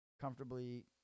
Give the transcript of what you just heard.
comfortably